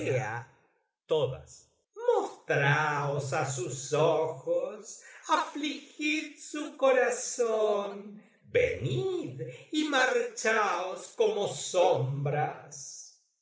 mostraos á sus ojos afligid su corazón venidy marchaos como sombras